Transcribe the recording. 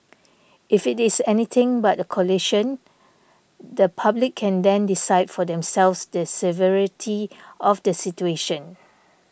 if it is anything but a collision the public can then decide for themselves the severity of the situation